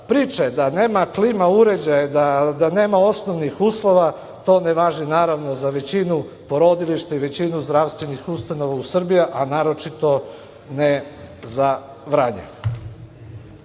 priče da nema klima uređaja, da nema osnovnih uslova, to ne važi, naravno, za većinu porodilišta i većinu zdravstvenih ustanova u Srbiji, a naročito ne za Vranje. Još